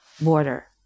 border